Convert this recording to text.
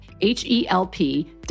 H-E-L-P